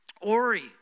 Ori